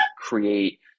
create